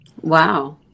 wow